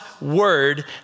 word